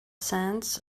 sands